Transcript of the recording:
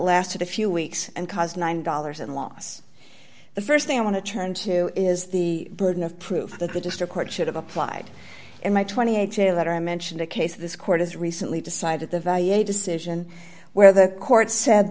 lasted a few weeks and caused nine dollars in loss the st thing i want to turn to is the burden of proof that the district court should have applied in my twenty eight jail that i mentioned a case of this court as recently decided the value a decision where the court said